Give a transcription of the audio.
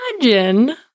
imagine